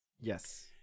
Yes